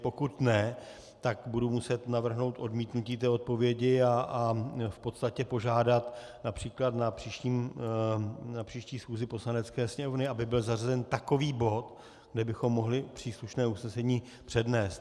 Pokud ne, tak budu muset navrhnout odmítnutí té odpovědi a v podstatě požádat například na příští schůzi Poslanecké sněmovny, aby byl zařazen takový bod, kde bychom mohli příslušné usnesení přednést.